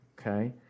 okay